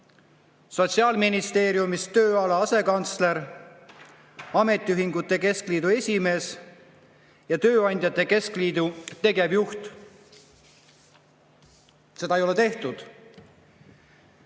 Sotsiaalministeeriumi tööala asekantsler, ametiühingute keskliidu esimees ja tööandjate keskliidu tegevjuht. Seda ei ole tehtud.